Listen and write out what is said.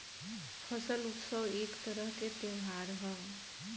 फसल उत्सव एक तरह के त्योहार ह